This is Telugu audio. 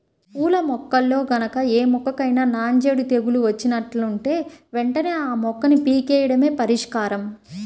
పూల మొక్కల్లో గనక ఏ మొక్కకైనా నాంజేడు తెగులు వచ్చినట్లుంటే వెంటనే ఆ మొక్కని పీకెయ్యడమే పరిష్కారం